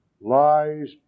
lies